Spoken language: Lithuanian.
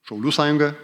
šaulių sąjunga